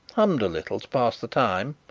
hummed a little to pass the time,